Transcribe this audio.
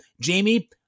Jamie